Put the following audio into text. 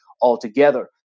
altogether